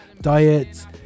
diets